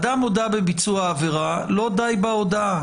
אדם הודה בביצוע עבירה, לא די בהודאה